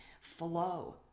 flow